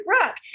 rock